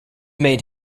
made